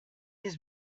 his